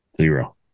Zero